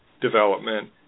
development